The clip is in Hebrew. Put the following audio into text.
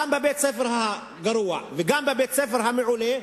גם בבית-הספר הגרוע וגם בבית-הספר המעולה,